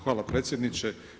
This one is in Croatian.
Hvala predsjedniče.